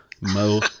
Mo